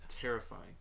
terrifying